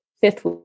fifth